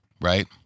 right